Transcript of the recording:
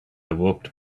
walked